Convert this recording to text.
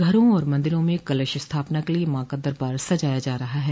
घरों और मंदिरों में कलश स्थापना के लिये माँ का दरबार सजाया जा रहा है